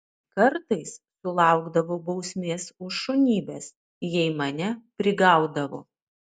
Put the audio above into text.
kartais sulaukdavau bausmės už šunybes jei mane prigaudavo